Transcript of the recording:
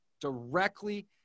directly